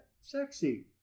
sexy